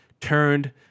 turned